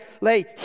lay